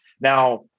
Now